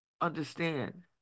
understand